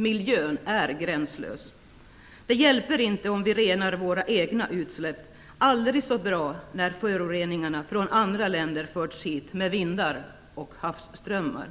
Miljön är gränslös. Det hjälper inte om vi renar våra egna utsläpp aldrig så bra när föroreningar från andra länder förs hit med vindar och havsströmmar.